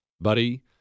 buddy